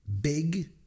Big